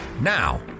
Now